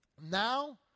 Now